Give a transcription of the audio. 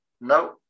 No